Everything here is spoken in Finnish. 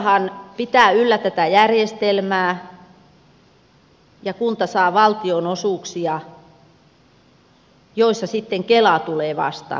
kuntahan pitää yllä tätä järjestelmää ja saa valtionosuuksia joissa sitten kela tulee vastaan